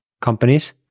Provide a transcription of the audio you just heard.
companies